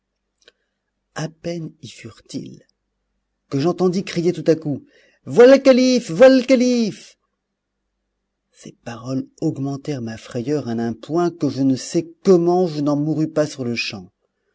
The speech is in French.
à peine y furent-ils que j'entendis crier tout à coup voilà le calife voilà le calife ces paroles augmentèrent ma frayeur à un point que je ne sais comment je n'en mourus pas sur-le-champ c'était effectivement le